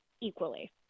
equally